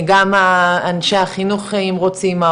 גם אנשי החינוך אם רוצים,